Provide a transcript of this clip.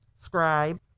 scribe